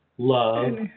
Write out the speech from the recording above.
Love